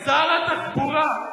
שר התחבורה,